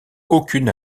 aucune